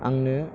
आंनो